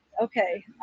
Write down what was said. okay